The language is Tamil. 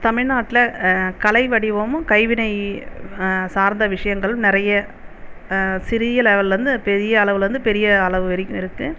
தமிழ்நாட்டில் கலை வடிவமும் கைவினை சார்ந்த விஷயங்களும் நிறைய சிறிய லெவல்லிருந்து பெரிய அளவிலருந்து பெரிய அளவுவரைக்கும் இருக்குது